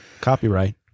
Copyright